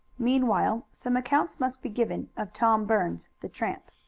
meanwhile some account must be given of tom burns, the tramp.